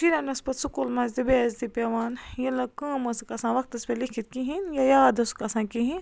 شُرٮ۪ن ٲس پَتہٕ سکوٗل منٛز تہِ بے عزتی پٮ۪وان ییٚلہِ نہٕ کٲم ٲسٕکھ آسان وقتَس پٮ۪ٹھ لیٚکھِتھ کِہیٖنۍ یا یاد اوسُکھ آسان کِہیٖنۍ